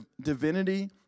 divinity